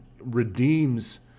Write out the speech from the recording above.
redeems